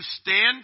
stand